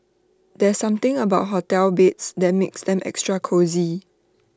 there's something about hotel beds that makes them extra cosy